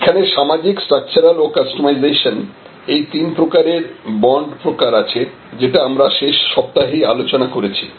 এখানে সামাজিক স্ট্রাকচারাল ও কাস্টমাইজেশন এই তিন প্রকারের বন্ড প্রকার আছে যেটা আমরা শেষ সপ্তাহে আলোচনা করেছি